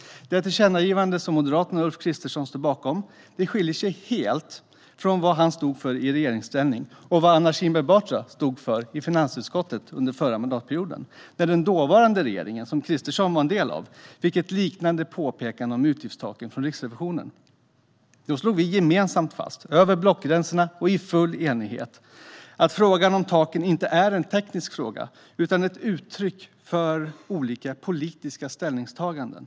Det tillkännagivande som Moderaterna och Ulf Kristersson står bakom skiljer sig helt från vad han stod för i regeringsställning och från vad Anna Kinberg Batra stod för i finansutskottet under förra mandatperioden. Den dåvarande regeringen, som Kristersson var en del av, fick ett liknande påpekande om utgiftstaken från Riksrevisionen. Då slog vi gemensamt fast - över blockgränserna och i full enighet - att frågan om taken inte är en teknisk fråga utan ett uttryck för olika politiska ställningstaganden.